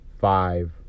five